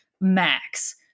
max